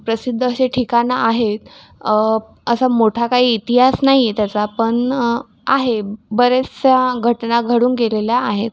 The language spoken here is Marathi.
प्रसिद्ध असे ठिकाणं आहेत असा मोठा काही इतिहास नाही आहे त्याचा पण आहे बऱ्याचशा घटना घडून गेलेल्या आहेत